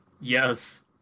Yes